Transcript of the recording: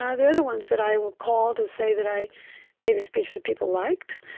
ah they're the ones that i will call to say that i made a speech that people liked.